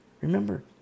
Remember